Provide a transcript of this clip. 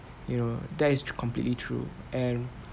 you know that is completely true and